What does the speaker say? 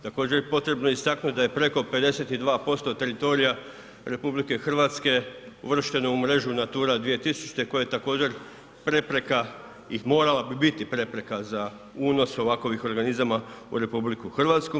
Također potrebno je istaknuti da je preko 52% teritorija RH uvršteno u mrežu Natura 2000 koja je također prepreka i morala bi biti prepreka za unos ovakvih organizama u RH.